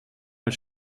als